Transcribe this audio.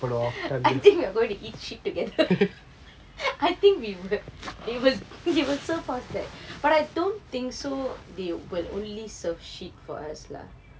I think we're going to eat shit together I think we will they will serve us that but I don't think so they will only serve shit for us lah